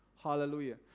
Hallelujah